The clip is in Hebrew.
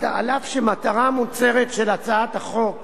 אף שהמטרה המוצהרת של הצעת החוק,